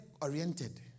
oriented